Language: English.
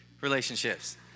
relationships